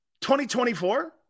2024